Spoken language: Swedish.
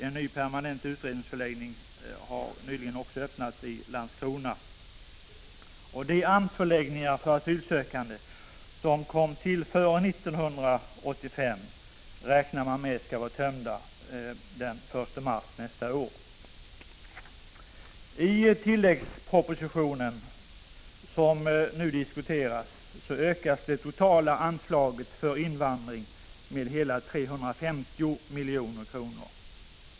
En ny permanent utredningsförläggning har nyligen också öppnats i Landskrona. Man räknar med att de AMS-förläggningar för asylsökande, som kom till före 1985, skall vara tömda den 1 mars nästa år. I tilläggspropositionen, som nu diskuteras, ökas det totala anslaget för 18 invandring med hela 350 milj.kr.